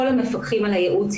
כל המפקחים על הייעוץ,